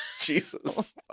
Jesus